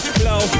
flow